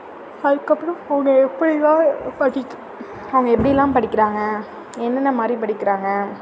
அதுக்கப்புறம் அவங்க எப்படிலாம் படிக்க அவங்க எப்படிலாம் படிக்கிறாங்க என்னென்ன மாதிரி படிக்கிறாங்க